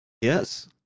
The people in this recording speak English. Yes